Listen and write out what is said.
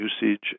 usage